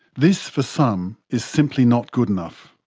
this, for some, is simply not good enough.